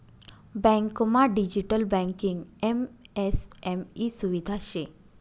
बँकमा digital banking MSME सुविधा शे